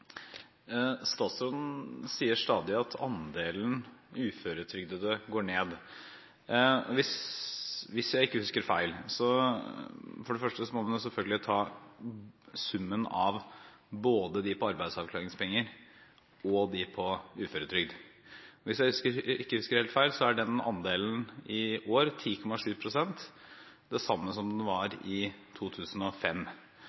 Statsråden sier stadig at andelen uføretrygdede går ned. For det første må en selvfølgelig ta summen av både de som er på arbeidsavklaringspenger og de på uføretrygd. Hvis jeg ikke husker helt feil, er den andelen i år 10,7 pst. – det samme som den